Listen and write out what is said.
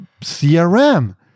CRM